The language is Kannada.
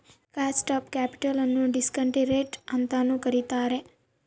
ಕಾಸ್ಟ್ ಆಫ್ ಕ್ಯಾಪಿಟಲ್ ನ್ನು ಡಿಸ್ಕಾಂಟಿ ರೇಟ್ ಅಂತನು ಕರಿತಾರೆ